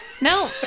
No